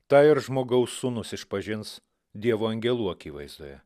tą ir žmogaus sūnus išpažins dievo angelų akivaizdoje